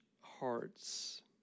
hearts